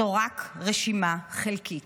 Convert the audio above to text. זו רק רשימה חלקית.